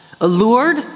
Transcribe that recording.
allured